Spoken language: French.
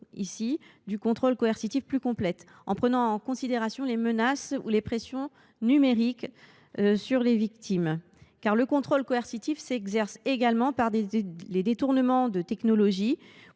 du contrôle coercitif en prenant en considération les menaces ou les pressions numériques sur les victimes. En effet, le contrôle coercitif s’exerce également par les détournements de technologies